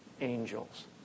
angels